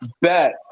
Bet